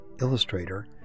illustrator